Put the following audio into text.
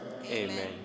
Amen